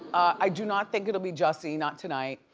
i do not think it'll be jussie, not tonight.